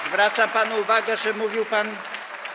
Zwracam panu uwagę, że mówił pan.